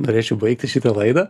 norėčiau baigti šitą laidą